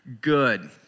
good